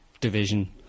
division